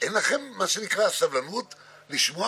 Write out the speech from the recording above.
שעברה בקריאה טרומית בהסכמת הממשלה,